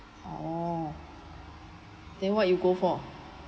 oh then what you go for